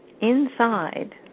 inside